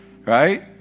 Right